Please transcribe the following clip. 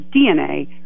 DNA